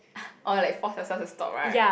orh like force yourself to stop right